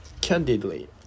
candidly